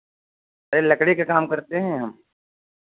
अरे लकड़ी के काम करते हैं हम